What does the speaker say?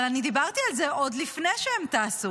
אבל אני דיברתי על זה עוד לפני שהם טסו,